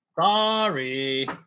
Sorry